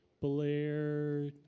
Blair